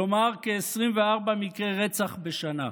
כלומר כ-24 מקרי רצח בשנה,